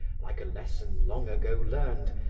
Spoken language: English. like a lesson long ago learned,